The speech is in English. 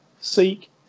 seek